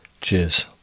Cheers